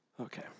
Okay